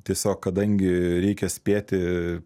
tiesiog kadangi reikia spėti